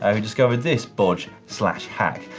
who discovered this bodge slash hack.